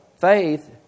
faith